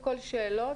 מסעדן.